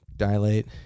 dilate